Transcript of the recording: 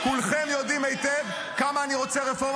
כולכם יודעים היטב כמה אני רוצה רפורמה